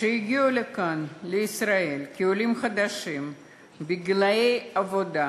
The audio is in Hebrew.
שהגיעו לכאן, לישראל, כעולים חדשים בגיל העבודה,